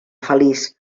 feliç